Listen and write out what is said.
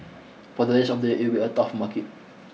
for the rest of the year it will a tough market